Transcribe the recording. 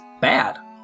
bad